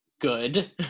Good